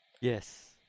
Yes